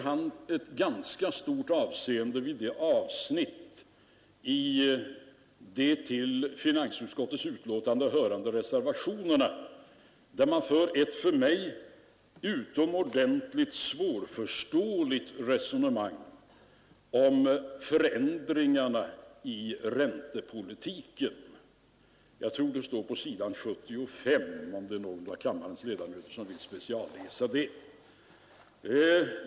Han fäste ganska stort avseende vid det avsnitt i de till finansutskottets betänkande fogade reservationerna där reservanterna för ett för mig utomordentligt svårförståeligt resonemang om förändringarna i räntepolitiken. Jag tror att det står på s. 75, om det är någon av kammarens ledamöter som vill specialläsa det avsnittet.